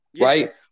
Right